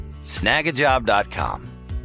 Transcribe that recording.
Snagajob.com